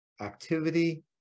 activity